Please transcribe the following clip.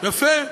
יפה.